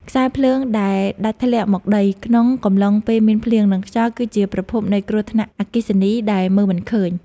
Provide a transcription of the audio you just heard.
ខ្សែភ្លើងដែលដាច់ធ្លាក់មកដីក្នុងកំឡុងពេលមានភ្លៀង និង ខ្យល់គឺជាប្រភពនៃគ្រោះថ្នាក់អគ្គិសនីដែលមើលមិនឃើញ។